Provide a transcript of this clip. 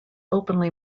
openly